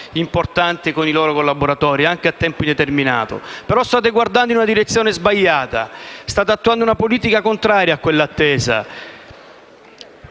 importanti con i loro collaboratori, anche a tempo indeterminato. State però guardando in una direzione sbagliata. State attuando una politica contraria a quella attesa.